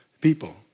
people